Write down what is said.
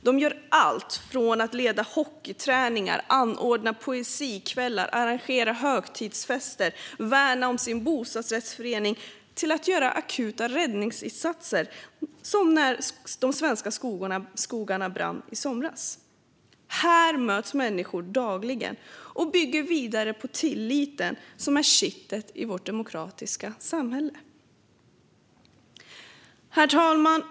De gör allt från att leda hockeyträningar, anordna poesikvällar, arrangera högtidsfester och värna om sin bostadsrättsförening till att göra akuta räddningsinsatser, som när de svenska skogarna brann i somras. Här möts människor dagligen och bygger vidare på den tillit som är kittet i vårt demokratiska samhälle. Herr talman!